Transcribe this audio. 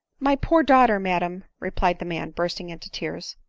my poor daughter, madam! replied the man, burst ing into tears.